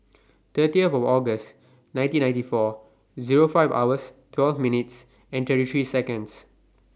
thirty of August nineteen ninety four Zero five hours twelve minutes and thirty three Seconds